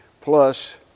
Plus